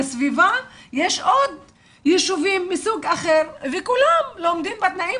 בסביבה יש עוד יישובים מסוג אחר וכולם לומדים בתנאים